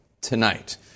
tonight